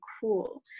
cool